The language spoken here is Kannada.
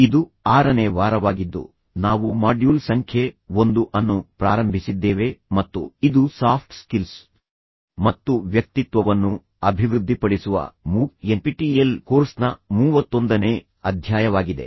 ಇದು ಆರನೇ ವಾರವಾಗಿದ್ದು ನಾವು ಮಾಡ್ಯೂಲ್ ಸಂಖ್ಯೆ 1 ಅನ್ನು ಪ್ರಾರಂಭಿಸಿದ್ದೇವೆ ಮತ್ತು ಇದು ಸಾಫ್ಟ್ ಸ್ಕಿಲ್ಸ್ ಮತ್ತು ವ್ಯಕ್ತಿತ್ವವನ್ನು ಅಭಿವೃದ್ಧಿಪಡಿಸುವ ಮೂಕ್ ಎನ್ಪಿಟಿಇಎಲ್ ಕೋರ್ಸ್ನ ಮೂವತ್ತೊಂದನೇ ಅಧ್ಯಾಯವಾಗಿದೆ